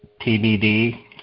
TBD